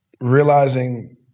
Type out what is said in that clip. realizing